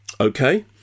Okay